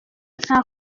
nta